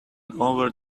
over